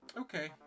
Okay